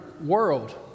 world